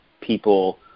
people